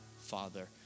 Father